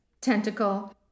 tentacle